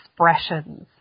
expressions